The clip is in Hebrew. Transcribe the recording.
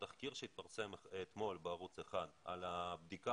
אתמול התפרסם תחקיר בערוץ 1 על בדיקה